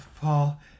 Paul